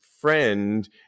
friend